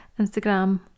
Instagram